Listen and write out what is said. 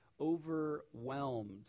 overwhelmed